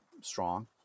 strong